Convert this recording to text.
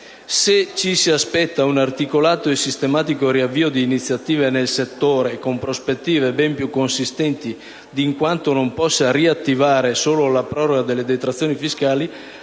Se ci si aspetta un articolato e sistematico riavvio di iniziative nel settore con prospettive ben più consistenti di quanto non possa riattivare solo la proroga delle detrazioni fiscali,